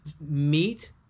meet